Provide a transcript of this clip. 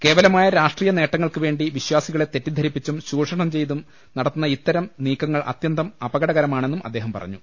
കേവലമായ രാഷ്ട്രീയ നേട്ടങ്ങൾക്കുവേണ്ടി വിശ്വാസികളെ തെറ്റിദ്ധരിപ്പിച്ചും ചൂഷണം ചെയ്തും നടക്കുന്ന ഇത്തരം നീക്കങ്ങൾ അത്യന്തം അപകടകരമാണെന്നും അദ്ദേഹം പറഞ്ഞു